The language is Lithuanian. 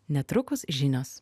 netrukus žinios